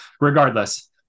regardless